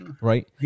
Right